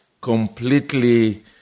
completely